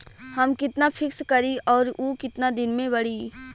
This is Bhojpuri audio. हम कितना फिक्स करी और ऊ कितना दिन में बड़ी?